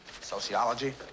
Sociology